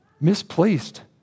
misplaced